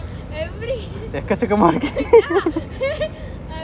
எக்கச்செக்கமா இருக்கு:ekkach chekkama irukku